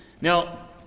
now